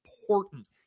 important